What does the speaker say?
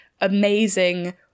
Amazing